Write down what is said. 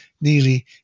nearly